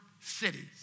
cities